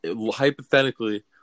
hypothetically